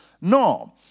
No